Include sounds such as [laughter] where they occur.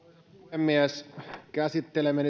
puhemies käsittelemme [unintelligible]